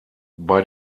bei